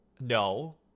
No